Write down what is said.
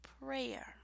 prayer